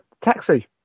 taxi